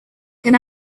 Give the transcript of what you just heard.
can